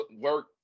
work